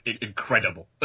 incredible